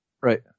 Right